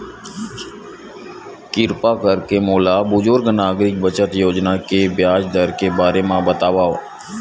किरपा करके मोला बुजुर्ग नागरिक बचत योजना के ब्याज दर के बारे मा बतावव